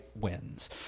wins